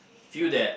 feel that